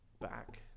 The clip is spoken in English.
back